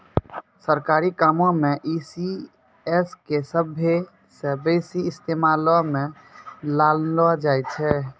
सरकारी कामो मे ई.सी.एस के सभ्भे से बेसी इस्तेमालो मे लानलो जाय छै